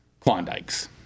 Klondikes